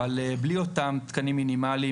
אבל בלי אותם תקנים מינימליים,